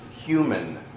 human